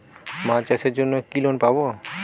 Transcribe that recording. মাছ চাষের জন্য কি লোন পাব?